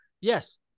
Yes